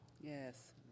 Yes